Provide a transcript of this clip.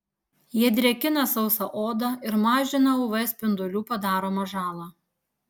jie drėkina sausą odą ir mažina uv spindulių padaromą žalą